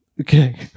okay